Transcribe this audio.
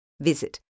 Visit